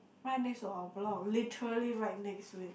right next to our block literally right next to it